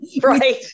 right